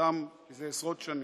ביתם זה עשרות שנים.